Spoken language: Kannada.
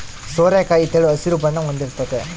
ಸೋರೆಕಾಯಿ ತೆಳು ಹಸಿರು ಬಣ್ಣ ಹೊಂದಿರ್ತತೆ